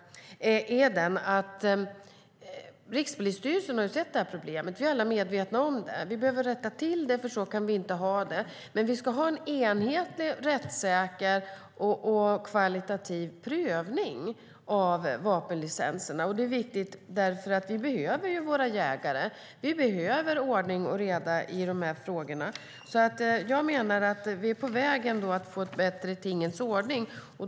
Rikspolisstyrelsen har sett det här problemet. Vi är alla medvetna om det. Vi behöver rätta till det, för så här kan vi inte ha det. Men vi ska ha en enhetlig, rättssäker prövning med god kvalitet av vapenlicenserna. Det är viktigt eftersom vi behöver våra jägare, behöver ordning och reda i de här frågorna. Jag menar att vi är på väg att få en bättre tingens ordning.